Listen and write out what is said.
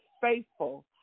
faithful